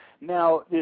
Now